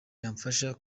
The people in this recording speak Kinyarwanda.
yamfasha